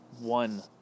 one